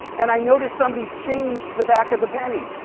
and i noticed somebody changed the back of the penny.